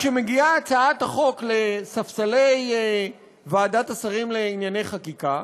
כשמגיעה הצעת החוק לספסלי ועדת השרים לענייני חקיקה,